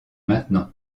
maintenant